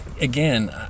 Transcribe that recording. again